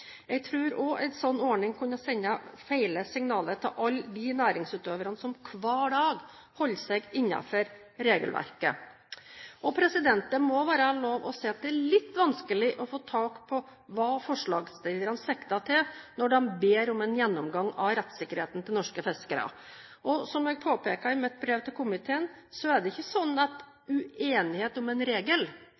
Jeg tror også en slik ordning kunne sende gale signaler til alle de næringsutøvere som hver dag holder seg innenfor regelverket. Det må være lov å si at det er litt vanskelig å få tak på hva forslagsstillerne sikter til når de ber om en gjennomgang av rettssikkerheten til norske fiskere. Som jeg påpekte i mitt brev til komiteen, er det ikke slik at uenighet om en regel